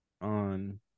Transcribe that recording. on